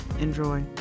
enjoy